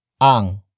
ang